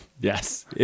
Yes